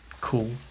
Cool